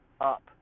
up